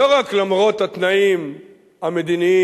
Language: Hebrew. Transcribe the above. לא רק למרות התנאים המדיניים